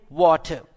water